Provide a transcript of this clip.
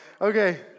Okay